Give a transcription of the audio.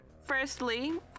firstly